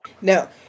Now